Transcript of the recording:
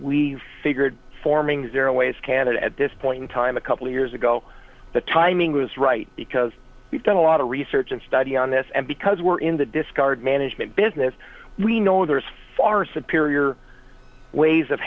we figured forming zero ways canada at this point in time a couple of years ago the timing was right because we've done a lot of research and study on this and because we're in the discard management business we know there is far superior ways of